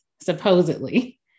supposedly